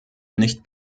nicht